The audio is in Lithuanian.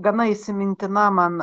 gana įsimintina man